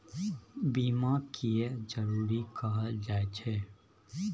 बीमा किये जरूरी कहल जाय छै?